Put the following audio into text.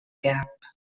gap